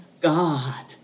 God